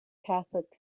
catholic